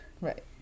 Right